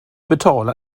betala